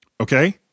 Okay